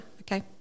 Okay